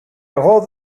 εγώ